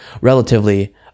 relatively